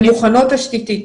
הן מוכנות תשתיתית.